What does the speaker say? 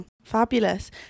Fabulous